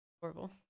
Horrible